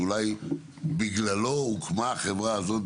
שאולי בגללו הוקמה החברה הזאת,